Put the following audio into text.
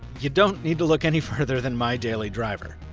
you don't need to look any further than my daily driver.